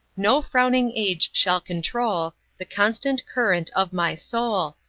no frowning age shall control the constant current of my soul,